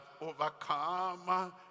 overcome